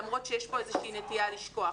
למרות שיש פה איזה שהיא נטייה לשכוח.